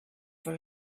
for